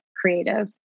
creative